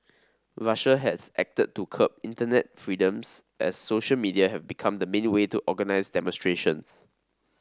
Russia has acted to curb internet freedoms as social media have become the main way to organise demonstrations